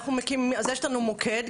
אז יש לנו מוקד,